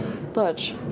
butch